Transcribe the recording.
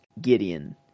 Gideon